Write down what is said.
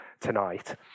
tonight